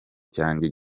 cyanjye